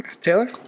Taylor